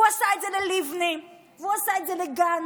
הוא עשה את זה ללבני והוא עשה את זה לגנץ.